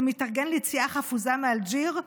שמתארגן ליציאה חפוזה מאלג'יר,